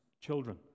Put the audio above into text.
children